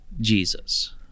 jesus